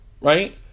right